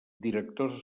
directors